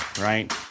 right